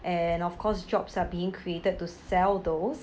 and of course jobs are being created to sell those